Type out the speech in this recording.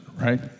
right